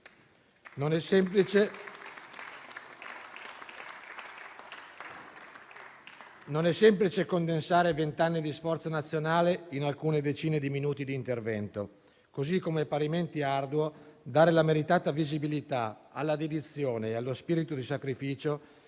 Non è semplice condensare vent'anni di sforzo nazionale in alcune decine di minuti di intervento, così come è parimenti arduo dare la meritata visibilità alla dedizione e allo spirito di sacrificio